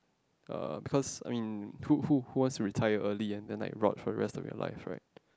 uh because I mean who who who wants to retire early and then like rot for rest of your life right